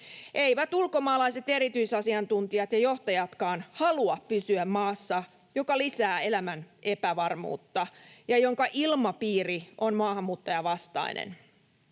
Eivät ulkomaalaiset erityisasiantuntijat ja johtajatkaan halua pysyä maassa, joka lisää elämän epävarmuutta ja jonka ilmapiiri on maahanmuuttajavastainen.